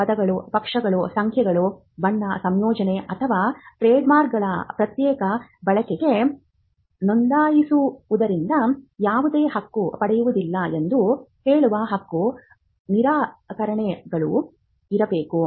ಪದಗಳು ಅಕ್ಷರಗಳು ಸಂಖ್ಯೆಗಳು ಬಣ್ಣ ಸಂಯೋಜನೆ ಅಥವಾ ಟ್ರೇಡ್ಮಾರ್ಕ್ಗಳ ಪ್ರತ್ಯೇಕ ಬಳಕೆಗೆ ನೋಂದಾಯಿಸುವುದರಿಂದ ಯಾವುದೇ ಹಕ್ಕು ಪಡೆಯುವುದಿಲ್ಲ ಎಂದು ಹೇಳುವ ಹಕ್ಕು ನಿರಾಕರಣೆಗಳು ಇರಬೇಕು